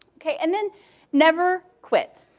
okay, and then never quit.